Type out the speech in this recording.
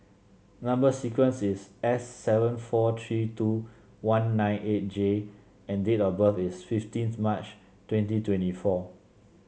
number sequence is S seven four three two one nine eight J and date of birth is fifteen March twenty twenty four